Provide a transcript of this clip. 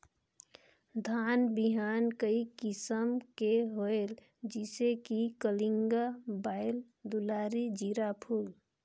धान बिहान कई किसम के होयल जिसे कि कलिंगा, बाएल दुलारी, जीराफुल?